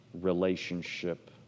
relationship